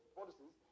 policies